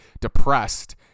depressed